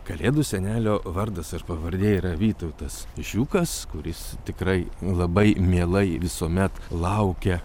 kalėdų senelio vardas ir pavardė yra vytautas žiūkas kuris tikrai labai mielai visuomet laukia